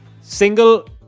single